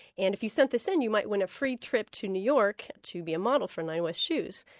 and if you sent this in, you might win a free trip to new york to be a model for nine west shoes.